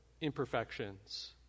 imperfections